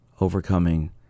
overcoming